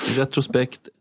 retrospekt